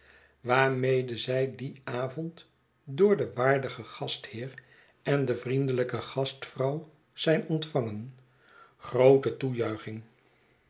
waarmede zij dien avond door den waardigen gastheer en de vriendelijke gastvrouw zijn ontvangen groote